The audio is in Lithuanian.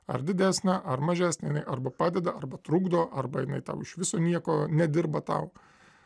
ar didesnę ar mažesnę jinai arba padeda arba trukdo arba jinai tau iš viso nieko nedirba tau